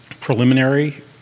preliminary